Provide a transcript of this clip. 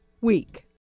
week